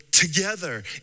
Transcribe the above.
together